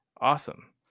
awesome